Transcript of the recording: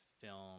film